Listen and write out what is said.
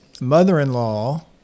mother-in-law